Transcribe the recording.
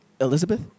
Elizabeth